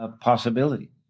Possibility